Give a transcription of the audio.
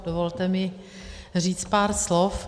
Dovolte mi říct pár slov.